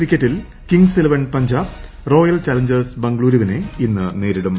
ക്രിക്കറ്റിൽ Kings Eleven Punjab Royal Challengers ബംഗളൂരുവിനെ ഇന്ന് നേരിടും